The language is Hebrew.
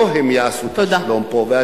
לא הם יעשו את השלום פה.